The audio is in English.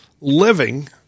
living